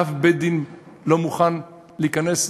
ואף בית-דין לא מוכן להיכנס,